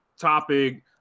topic